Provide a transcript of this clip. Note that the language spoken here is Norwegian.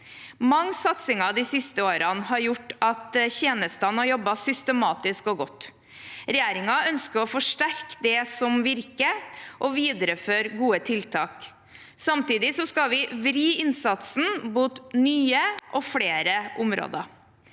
Mange satsinger de siste årene har gjort at tjenestene har jobbet systematisk og godt. Regjeringen ønsker å forsterke det som virker, og videreføre gode tiltak. Samtidig skal vi vri innsatsen mot nye og flere områder.